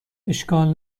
اشکال